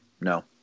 No